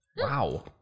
Wow